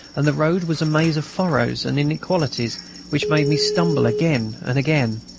and the road was a maze of furrows and inequalities which made me stumble again and again.